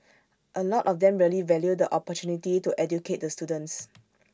A lot of them really value the opportunity to educate the students